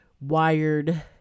wired